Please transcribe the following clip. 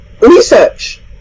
research